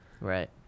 Right